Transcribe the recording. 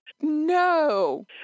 No